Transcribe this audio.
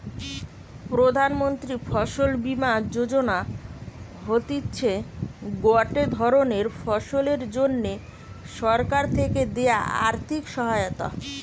প্রধান মন্ত্রী ফসল বীমা যোজনা হতিছে গটে ধরণের ফসলের জন্যে সরকার থেকে দেয়া আর্থিক সহায়তা